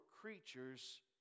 creatures